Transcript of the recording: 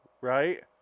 Right